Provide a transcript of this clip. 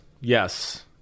Yes